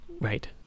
Right